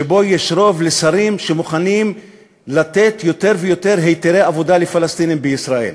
שבו יש רוב לשרים שמוכנים לתת יותר ויותר היתרי עבודה לפלסטינים בישראל.